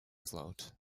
float